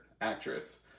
actress